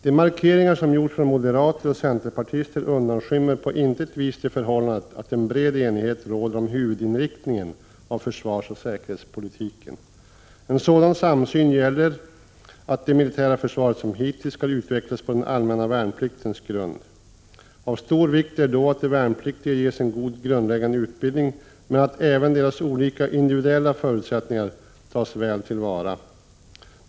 De markeringar som gjorts från moderater och centerpartister undanskymmer på intet vis det förhållandet att en bred enighet råder om huvudinriktningen av försvarsoch säkerhetspolitiken. En sådan samsyn gäller att det militära försvaret som hittills skall utvecklas på den allmänna värnpliktens grund. Av stor vikt är då att de värnpliktiga ges en god grundläggande utbildning men att även deras olika individuella förutsättningar tas väl till vara.